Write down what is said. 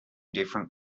different